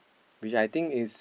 which I think is